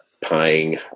Paying